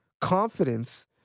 confidence